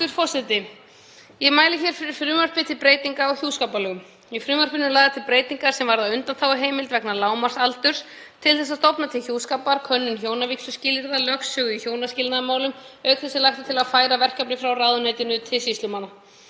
Hæstv. forseti. Ég mæli hér fyrir frumvarpi til breytinga á hjúskaparlögum. Í frumvarpinu eru lagðar til breytingar sem varða undanþáguheimild vegna lágmarksaldurs til þess að stofna til hjúskapar, könnun hjónavígsluskilyrða, lögsögu í hjónaskilnaðarmálum auk þess sem lagt er til að færa verkefni frá ráðuneytinu til sýslumanna.